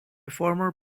former